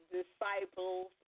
disciples